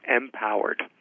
empowered